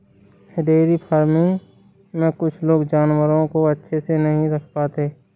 dairy farming में कुछ लोग जानवरों को अच्छे से नहीं रख पाते